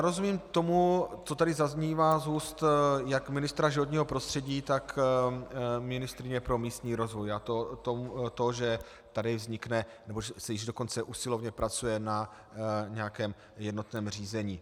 Rozumím tomu, co tady zaznívá z úst jak ministra životního prostředí, tak ministryně pro místní rozvoj, a to že tady vznikne, nebo se již dokonce usilovně pracuje na nějakém jednotném řízení.